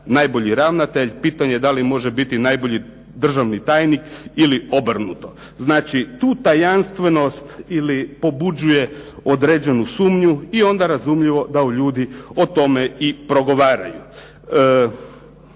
najbolji ravnatelj. Pitanje da li može biti najbolji državni tajnik ili obrnuto. Znači tu tajanstvenost ili pobuđuje određenu sumnju i onda razumljivo da ljudi o tome i progovaraju.